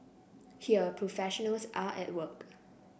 here professionals are at work